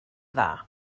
dda